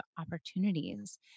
opportunities